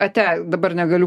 ate dabar negaliu